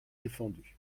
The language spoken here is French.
défendu